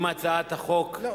אם הצעת החוק ליום